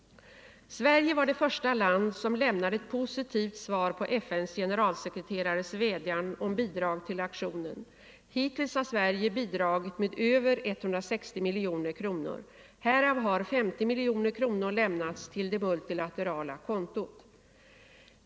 Sverige var det första land som lämnade ett positivt svar på FN:s generalsekreterares vädjanden om bidrag till aktionen. Hittills har Sverige bidragit med över 160 miljoner kronor. Härav har 50 miljoner kronor lämnats till det multilaterala kontot.